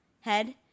head